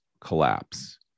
collapse